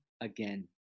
again